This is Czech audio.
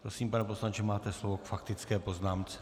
Prosím, pane poslanče, máte slovo k faktické poznámce.